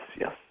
Yes